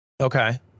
Okay